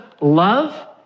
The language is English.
love